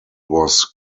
was